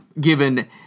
given